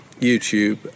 YouTube